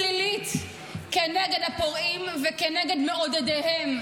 להוקיע ואפילו לפעול פלילית כנגד הפורעים וכנגד מעודדיהם.